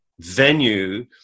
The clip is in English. venue